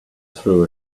threw